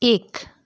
एक